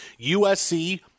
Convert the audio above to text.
USC